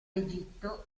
egitto